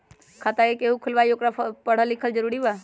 खाता जे केहु खुलवाई ओकरा परल लिखल जरूरी वा?